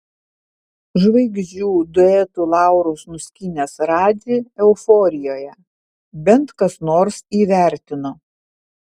žvaigždžių duetų laurus nuskynęs radži euforijoje bent kas nors įvertino